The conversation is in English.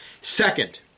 Second